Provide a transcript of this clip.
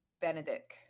benedict